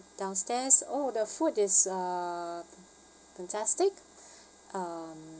downstairs oh the food is uh fantastic um